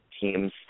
teams